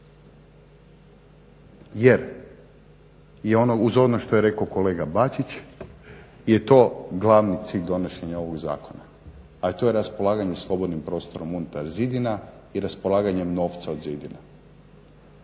ono, uz ono što je rekao kolega Bačić je to glavni cilj donošenja ovoga Zakona a i to je raspolaganje slobodnim prostorom unutar zidina i raspolaganjem novca od zidina.